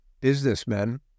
businessmen